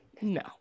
no